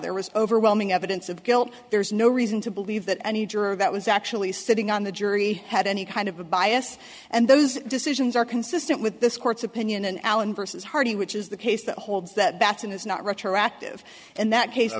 there was overwhelming evidence of guilt there's no reason to believe that any juror that was actually sitting on the jury had any kind of a bias and those decisions are consistent with this court's opinion allen versus hardy which is the case that holds that babson is not retroactive and that case